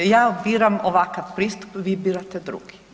Ja biram ovakav pristup, vi birate drugi.